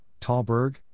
Talberg